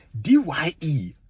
d-y-e